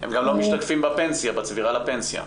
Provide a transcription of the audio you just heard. הם גם לא משתקפים בצבירה לפנסיה.